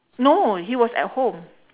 no he was at home